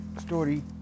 story